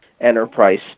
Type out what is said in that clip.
enterprise